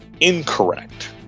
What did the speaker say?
Incorrect